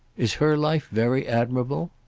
is her life very admirable?